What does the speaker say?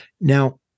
Now